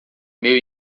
meu